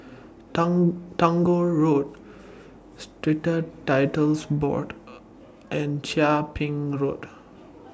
Tang Tagore Road Strata Titles Board and Chia Ping Road